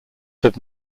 have